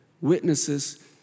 witnesses